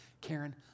Karen